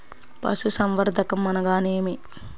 పశుసంవర్ధకం అనగానేమి?